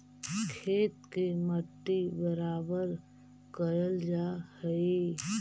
खेत के मट्टी बराबर कयल जा हई